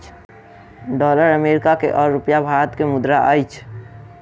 dollar America के आ रूपया भारत के मुद्रा अछि